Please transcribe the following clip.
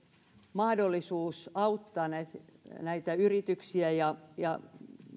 mahdollisuus auttaa näitä yrityksiä ja ja